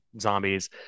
zombies